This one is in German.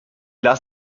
las